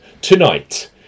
tonight